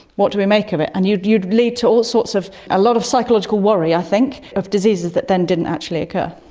what do we make of it? and you'd you'd lead to all sorts of, a lot of psychological worry i think of diseases that then actually occur.